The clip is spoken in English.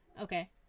Okay